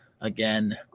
again